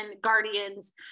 guardians